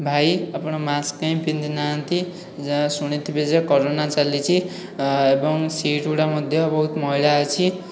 ଭାଇ ଆପଣ ମାସ୍କ କାହିଁକି ପିନ୍ଧିନାହାନ୍ତି ଯାହା ଶୁଣିଥିବେ ଯେ କରୋନା ଚାଲିଛି ଏବଂ ସିଟ୍ ଗୁଡ଼ା ମଧ୍ୟ ବହୁତ ମଇଳା ଅଛି